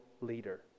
leader